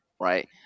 right